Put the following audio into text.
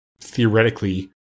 theoretically